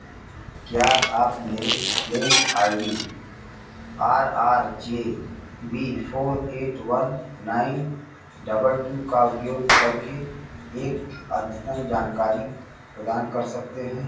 क्या आप मेरे claim I D R R J B four eight one nine double two का उपयोग करके एक अद्यतन जानकारी प्रदान कर सकते हैं